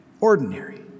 Ordinary